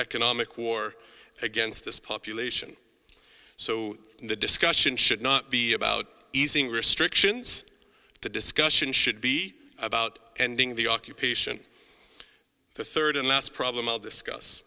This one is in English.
economic war against this population so the discussion should not be about easing restrictions the discussion should be about ending the occupation the third and last problem i'll discuss